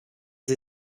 sie